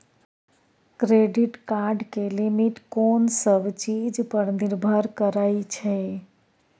Credit card के limit कोन सब चीज पर निर्भर करै छै?